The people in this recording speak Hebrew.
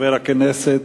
חבר הכנסת,